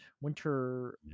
Winter